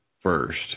first